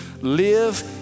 live